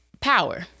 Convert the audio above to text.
Power